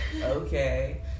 okay